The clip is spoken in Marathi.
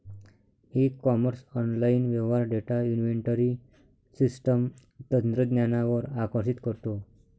ई कॉमर्स ऑनलाइन व्यवहार डेटा इन्व्हेंटरी सिस्टम तंत्रज्ञानावर आकर्षित करतो